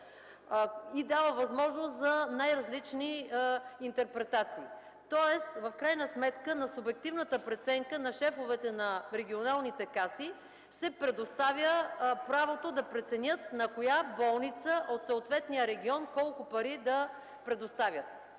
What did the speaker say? и дава възможност за най-различни интерпретации. В крайна сметка, на субективната преценка на шефовете на регионалните каси се предоставя правото да преценят на коя болница от съответния регион колко пари да предоставят.